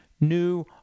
new